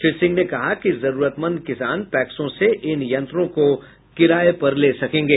श्री सिंह ने कहा कि जरूरतमंद किसान पैक्सों से इन यंत्रों को किराये पर ले सकेंगे